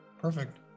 Perfect